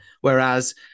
Whereas